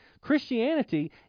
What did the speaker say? christianity